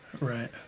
Right